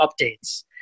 updates